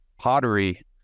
pottery